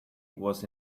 was